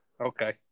Okay